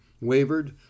wavered